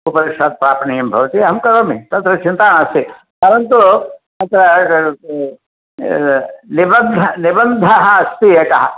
उपविश्य प्रार्थनीयं भवति अहं करोमि तत्र चिन्ता नास्ति परन्तु तत्र निर्बन्ध निर्बन्धः अस्ति एकः